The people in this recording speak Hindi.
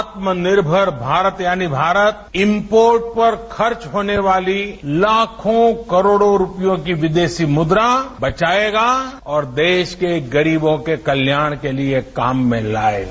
आत्मनिर्मर भारत यानी भारत इम्पोर्ट पर खर्च होने वाली लाखों करोड़ों रूपयों की विदेशी मुद्रा बचाएगा और देश के गरीबों के कल्याण के लिए काम में लाएगा